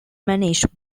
managed